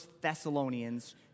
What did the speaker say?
Thessalonians